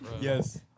Yes